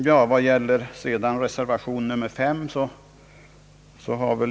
Ingen har ännu talat för reservation nr 5.